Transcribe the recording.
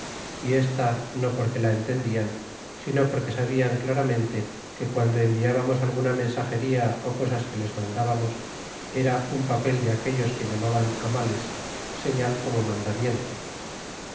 y esta no porque la entendian sino porque sabian claramente que guando enviábamos alguna mensageria cosas que les mandábamos era un papel de aquollos que llaman males sea como mandamiento